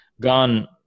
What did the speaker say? gone